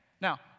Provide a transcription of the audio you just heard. Now